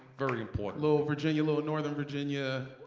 very important, low virginia, low in northern virginia.